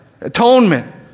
Atonement